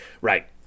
Right